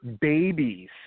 babies